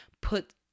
put